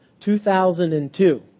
2002